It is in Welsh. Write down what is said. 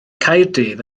caerdydd